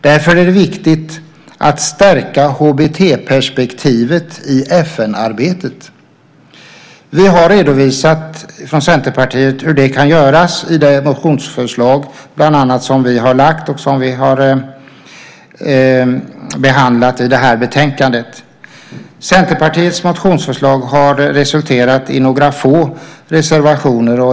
Därför är det viktigt att stärka HBT-perspektivet i FN-arbetet. Vi har redovisat hur det kan göras i de motionsförslag från Centerpartiet som vi har lagt fram och som behandlas i betänkandet. Centerpartiets motionsförslag har resulterat i några få reservationer.